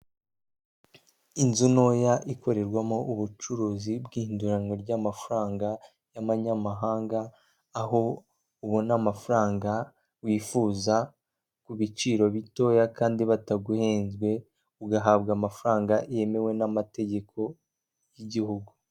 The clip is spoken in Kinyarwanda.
Inzu ntoya ikorerwamo ubucuruzi bw'ihinduranwa ry'amafaranga y'amanyamahanga, aho ubona amafaranga wifuza ku biciro bitoya kandi bataguhenze, ugahabwa amafaranga yemewe n'amategeko y'igihugu.